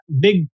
big